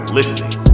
listening